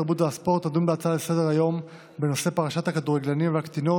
התרבות והספורט תדון בהצעה לסדר-היום של חברת הכנסת